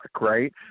Right